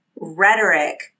rhetoric